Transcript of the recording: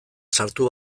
sartu